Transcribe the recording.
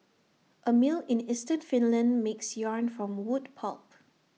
A mill in eastern Finland makes yarn from wood pulp